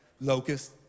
Locust